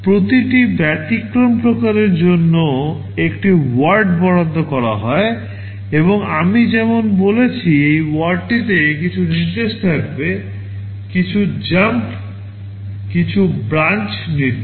প্রতিটি ব্যতিক্রম প্রকারের জন্য একটি WORD বরাদ্দ করা হয় এবং আমি যেমন বলেছি এই WORDটিতে কিছু নির্দেশ থাকবে কিছু জাম্প কিছু ব্রাঞ্চ নির্দেশ